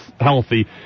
healthy